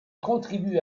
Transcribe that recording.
contribue